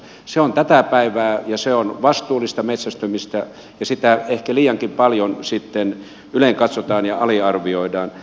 se on tätä päivää ja se on vastuullista metsästämistä ja sitä ehkä liiankin paljon ylenkatsotaan ja aliarvioidaan